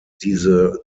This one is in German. diese